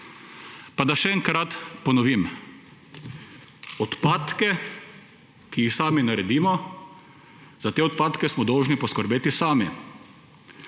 Da še enkrat ponovim. Odpadke, ki jih sami naredimo, za te odpadke smo dolžni poskrbeti sami.